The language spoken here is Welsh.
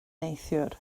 neithiwr